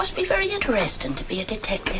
must be very interesting to be a detective